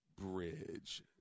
Bridge